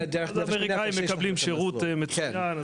האמריקאים מקבלים שירות מצוין,